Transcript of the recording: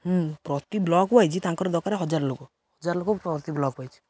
ହଁ ପ୍ରତି ବ୍ଲକ୍କୁ ଆସିଛି ତାଙ୍କର ଦରକାର ହଜାର ଲୋକ ହଜାର ଲୋକ ପ୍ରତି ବ୍ଲକ୍କୁ ଆସିଛି